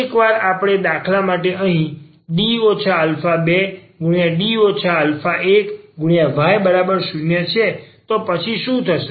એકવાર આપણે દાખલા માટે અહીં D 2D α1y0 છે તો પછી શું થશે